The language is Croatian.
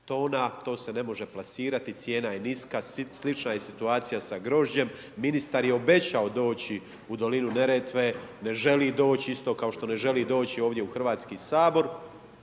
tona, to se ne može plasirati, cijena je niska, slična je situacija, slična je situacija sa grožđem. Ministar je obećao doći u dolinu Neretve, ne želi doći isto kao što ne želi doći ovdje u Hrvatski sabor